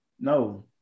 no